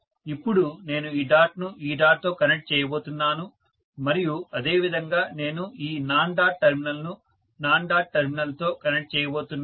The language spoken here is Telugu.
ఇప్పుడు నేను ఈ డాట్ను ఈ డాట్తో కనెక్ట్ చేయబోతున్నాను మరియు అదేవిధంగా నేను ఈ నాన్ డాట్ టెర్మినల్ను నాన్ డాట్ టెర్మినల్తో కనెక్ట్ చేయబోతున్నాను